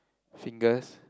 fingers